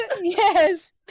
Yes